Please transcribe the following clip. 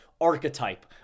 archetype